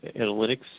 analytics